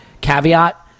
caveat